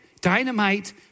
dynamite